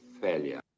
failure